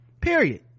period